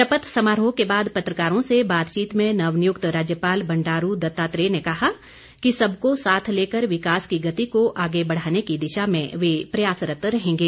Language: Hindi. शपथ समारोह के बाद पत्रकारों से बातचीत में नवनियुक्त राज्यपाल बंडारू दत्तात्रेय ने कहा कि सबको साथ लेकर विकास की गति को आगे बढ़ाने की दिशा में वे प्रयासरत्त रहेंगे